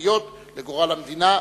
משמעותיות לגורל המדינה.